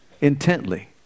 intently